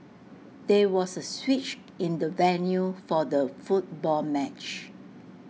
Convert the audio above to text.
there was A switch in the venue for the football match